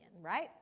right